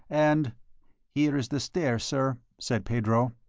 and here is the stair, sir, said pedro.